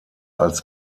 als